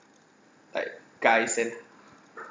like guys and